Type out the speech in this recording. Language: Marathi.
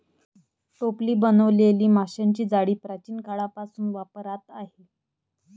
टोपली बनवलेली माशांची जाळी प्राचीन काळापासून वापरात आहे